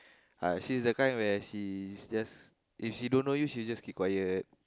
uh since the time when I sees if she don't know you she just keep quiet